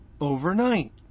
overnight